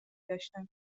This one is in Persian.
داشتند